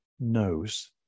knows